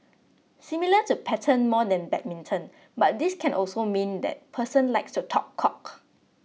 similar to pattern more than badminton but this can also mean that person likes to talk cock